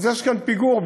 אז יש כאן פיגור,